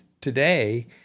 today